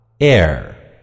air